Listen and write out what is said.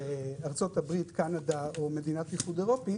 בארצות הברית, קנדה ומדינות האיחוד האירופאי,